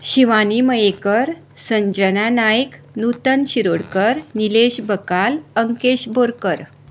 Shivani Mayekar Sanjana Naik Nutan Shirodkar Nilesh Bakal Ankesh Borkar